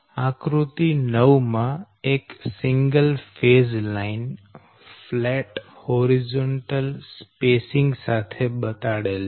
આકૃતિ 9 માં એક single phase line flat horizontal spacing સાથે બતાડેલ છે